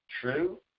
true